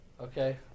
Okay